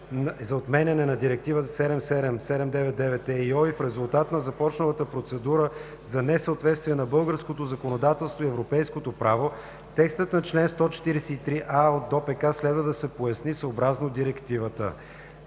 за отменяне на Директива 77/799/ЕИО и в резултат на започналата процедура за несъответствие на българското законодателство и европейското право, текстът на чл. 143а от ДОПК следва да се поясни съобразно директивата.